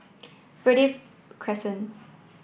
Verde Crescent